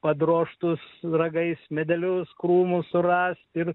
padrožtus ragais medelius krūmus surasti ir